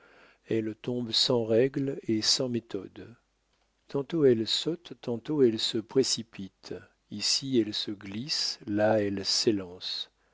elle tombe sans règle et sans méthode tantôt elle saute tantôt elle se précipite ici elle se glisse là elle s'élance